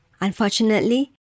Unfortunately